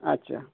আচ্ছা